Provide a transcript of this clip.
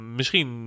misschien